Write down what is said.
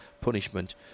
punishment